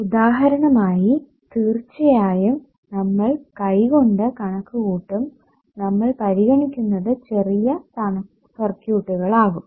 ഉദാഹരണമായി തീർച്ചയായും നമ്മൾ കൈകൊണ്ട് കണക്കു കൂട്ടും നമ്മൾ പരിഗണിക്കുന്നത് ചെറിയ സർക്യൂട്ടുകൾ ആകും